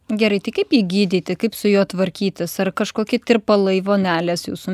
gerai tai kaip jį gydyti kaip su juo tvarkytis ar kažkoki tirpalai vonelės jūsų